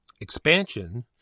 expansion